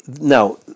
now